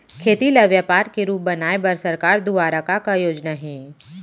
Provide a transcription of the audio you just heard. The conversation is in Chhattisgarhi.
खेती ल व्यापार के रूप बनाये बर सरकार दुवारा का का योजना हे?